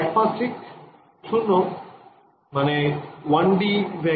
একমাত্রিক শূন্য